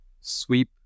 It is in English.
sweep